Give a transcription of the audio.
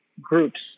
groups